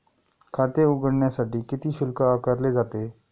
खाते उघडण्यासाठी किती शुल्क आकारले जाते?